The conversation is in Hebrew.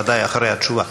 ודאי אחרי התשובה.